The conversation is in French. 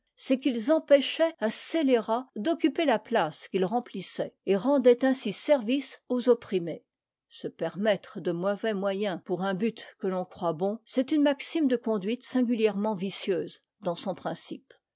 c'est qu'ils empêchaient un scélérat d'occuper la place qu'ils remplissaient et rendaient ainsi service aux opprimés se permettre de mauvais moyens pour un but que l'on croit bon c'est une maxime de conduite singulièrement vicieuse dans son principe